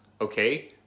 okay